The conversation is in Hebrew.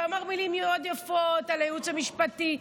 ואמר מילים מאוד יפות על הייעוץ המשפטי.